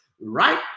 right